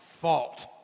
fault